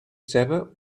ceba